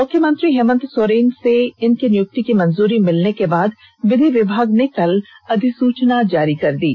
मुख्यमंत्री हेमंत सोरेन से इनकी नियुक्ति की मंजूरी मिलने के बाद विधि विभाग ने कल अधिसूचना जारी कर दी है